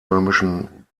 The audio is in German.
römischen